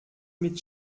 mit